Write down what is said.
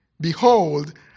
Behold